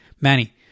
Manny